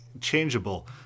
changeable